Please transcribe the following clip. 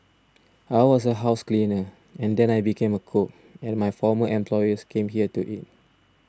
I was a house cleaner and then I became a cook and my former employers came here to eat